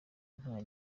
nta